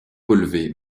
relevé